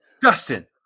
Dustin